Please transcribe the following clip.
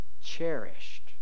cherished